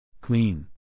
Clean